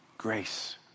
Grace